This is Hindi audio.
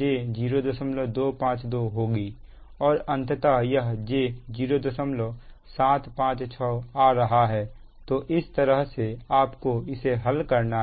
j 0252 होगी और अंततः यह j0756 आ रहा है तो इस तरह से आपको इसे हल करना है